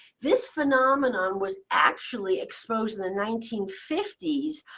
this phenomenon was actually exposed in the nineteen fifty s